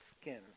skin